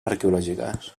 arqueològiques